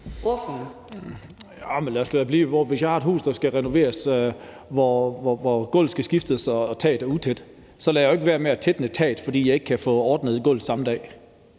ved det. Hvis jeg har et hus, der skal renoveres, hvor gulvet skal skiftes og taget er utæt, lader jeg jo ikke være med at tætne taget, fordi jeg ikke kan få ordnet gulvet samme dag.